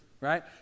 right